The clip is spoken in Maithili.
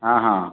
हँ हँ